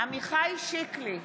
עמיחי שיקלי,